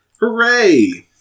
Hooray